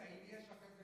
האם יש עוד,